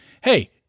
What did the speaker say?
Hey